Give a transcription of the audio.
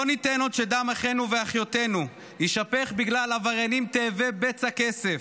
לא ניתן עוד שדם אחינו ואחיותינו יישפך בגלל עבריינים תאבי בצע כסף.